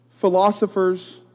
philosophers